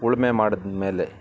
ಉಳುಮೆ ಮಾಡಿದ್ಮೇಲೆ